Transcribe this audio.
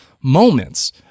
moments